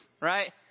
right